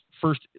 first